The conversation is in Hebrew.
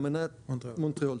אמנת מונטריאול.